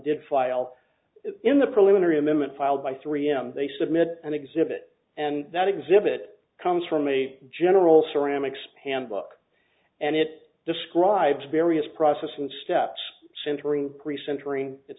file in the preliminary amendment filed by three m they submit an exhibit and that exhibit comes from a general ceramics handbook and it describes various process and steps